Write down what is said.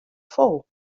fol